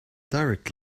direct